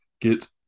get